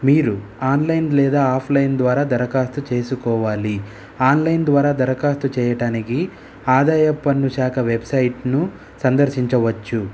మీరు ఆన్లైన్ లేదా ఆఫ్లైన్ ద్వారా దరఖాస్తు చేసుకోవాలి ఆన్లైన్ ద్వారా దరఖాస్తు చెయ్యడానికి ఆదాయ పన్ను శాఖ వెబ్సైట్ను సందర్శించవచ్చు